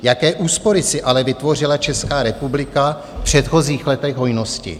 Jaké úspory si ale vytvořila Česká republika v předchozích letech hojnosti.